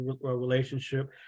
relationship